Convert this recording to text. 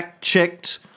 checked